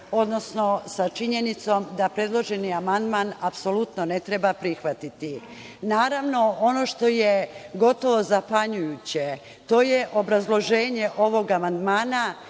odnosno sa činjenicom da predloženi amandman apsolutno ne treba prihvatiti. Naravno, ono što je gotovo zapanjujuće, to je obrazloženje ovog amandmana